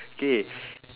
K